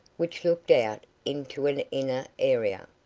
which looked out into an inner area.